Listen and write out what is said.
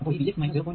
അപ്പോൾ ഈ V x 0